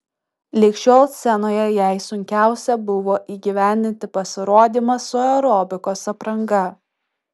lig šiol scenoje jai sunkiausia buvo įgyvendinti pasirodymą su aerobikos apranga